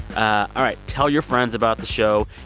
ah all right, tell your friends about the show.